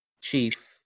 Chief